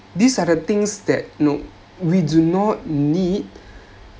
these are the things that you know we do not need